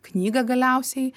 knygą galiausiai